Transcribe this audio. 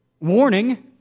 warning